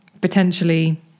potentially